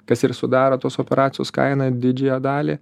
kas ir sudaro tos operacijos kainą didžiąją dalį